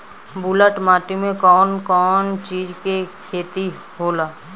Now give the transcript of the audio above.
ब्लुअट माटी में कौन कौनचीज के खेती होला?